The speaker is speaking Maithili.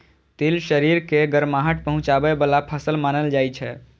तिल शरीर के गरमाहट पहुंचाबै बला फसल मानल जाइ छै